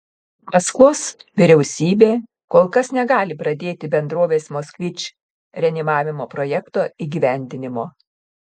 maskvos vyriausybė kol kas negali pradėti bendrovės moskvič reanimavimo projekto įgyvendinimo